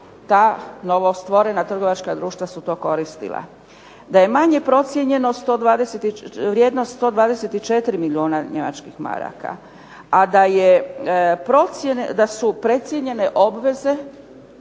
ta novostvorena trgovačka društva su to koristila. Da je manje procijenjeno vrijednost 124 milijuna njemačkih maraka, a da su precijenjene obveze